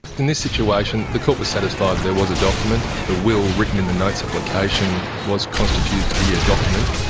in this situation the court was satisfied that there was a document. the will written in the notes application was constituted to be a document,